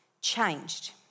changed